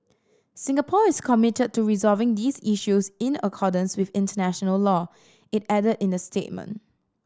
Singapore is committed to resolving these issues in accordance with international law it added in the statement